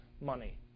money